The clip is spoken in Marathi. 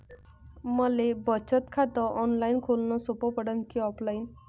मले बचत खात ऑनलाईन खोलन सोपं पडन की ऑफलाईन?